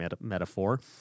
metaphor